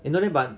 internet but